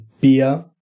beer